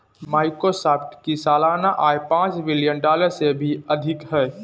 Microsoft की सालाना आय पांच बिलियन डॉलर से भी अधिक है